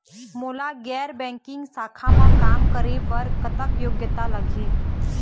मोला गैर बैंकिंग शाखा मा काम करे बर कतक योग्यता लगही?